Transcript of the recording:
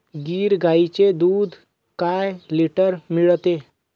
गीर गाईचे दूध काय लिटर मिळते?